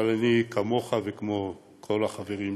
אבל אני, כמוך וכמו כל החברים שלי,